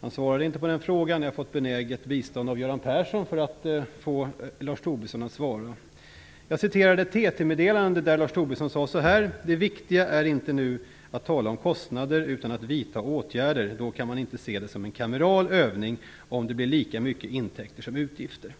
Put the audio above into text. Han svarade inte på den frågan. Jag har fått benäget bistånd av Göran Persson för att få Lars Tobisson att svara. Jag citerade ett TT-meddelande där Lars Tobisson sade så här: "Det viktiga är inte att nu tala om kostnader, utan att vidta åtgärder -. Då kan man inte se det som en kameral övning om det blir lika mycket intäkter som utgifter."